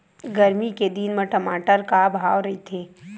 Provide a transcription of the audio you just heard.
गरमी के दिन म टमाटर का भाव रहिथे?